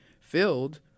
filled